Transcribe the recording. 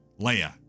leia